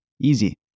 easy